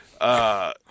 Uh-